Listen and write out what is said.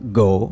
go